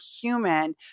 human